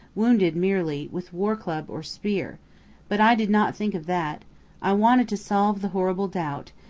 wounded merely, with war-club or spear but i did not think of that i wanted to solve the horrible doubt,